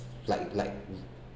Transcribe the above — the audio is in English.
like like